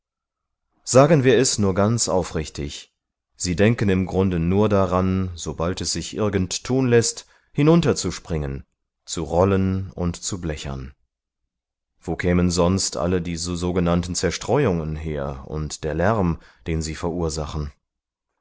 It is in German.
sagen wir es nur ganz aufrichtig sie denken im grunde nur daran sobald es sich irgend tun läßt hinunterzuspringen zu rollen und zu blechern wo kämen sonst alle diese sogenannten zerstreuungen her und der lärm den sie verursachen